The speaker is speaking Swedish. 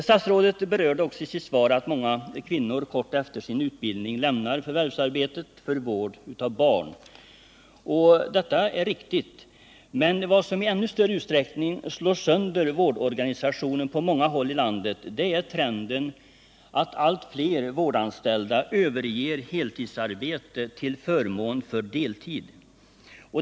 Statsrådet berörde också i sitt svar att många kvinnor kort efter sin utbildning lämnar förvärvsarbetet för vård av barn. Detta är riktigt, men vad som i ännu större utsträckning slår sönder vårdorganisationen på många håll i landet är trenden att allt fler vårdanställda överger heltidsarbete till förmån för deltidsarbete.